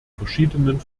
verschiedenen